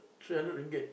three hundred ringgit